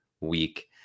week